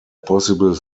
possible